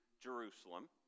Jerusalem